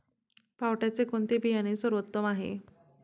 पावट्याचे कोणते बियाणे सर्वोत्तम आहे?